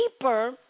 deeper